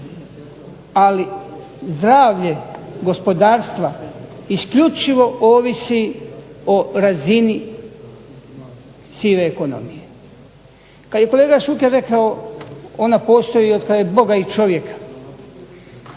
Ali zdravlje gospodarstva isključivo ovisi o razini sive ekonomije. Kad je kolega Šuker rekao ona postoji od kad je Boga i čovjeka,